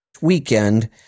weekend